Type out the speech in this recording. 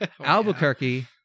Albuquerque